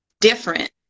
different